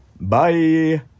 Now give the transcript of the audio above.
Bye